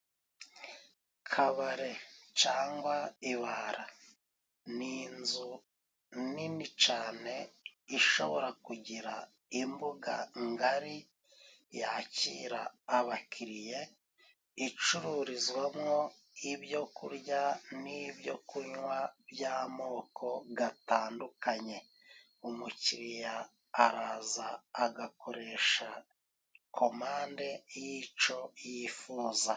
Kabare cangwa ibara ni inzu nini cane ishobora kugira imbuga ngari yakira abakiriya. Icururizwamwo ibyo kurya n'ibyokunywa by'amoko gatandukanye, umukiriya araza agakoresha komande y'ico yifuza.